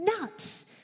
nuts